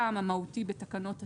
גם המהותי בתקנות התיעוד,